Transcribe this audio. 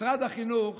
משרד החינוך